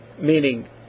meaning